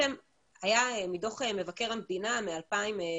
בדוח מבקר המדינה מ-2016,